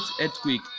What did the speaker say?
earthquake